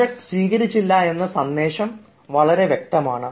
project സ്വീകരിച്ചില്ല എന്ന സന്ദേശം വളരെ വ്യക്തമാണ്